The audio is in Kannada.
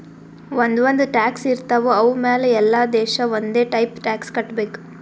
ಒಂದ್ ಒಂದ್ ಟ್ಯಾಕ್ಸ್ ಇರ್ತಾವ್ ಅವು ಮ್ಯಾಲ ಎಲ್ಲಾ ದೇಶ ಒಂದೆ ಟೈಪ್ ಟ್ಯಾಕ್ಸ್ ಕಟ್ಟಬೇಕ್